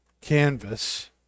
canvas